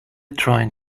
trying